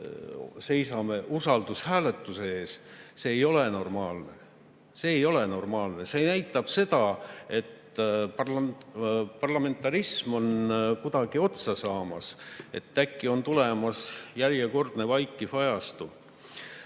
seisame usaldushääletuse ees, ei ole normaalne. See ei ole normaalne! See näitab seda, et parlamentarism on kuidagi otsa saamas, et äkki on tulemas järjekordne vaikiv ajastu.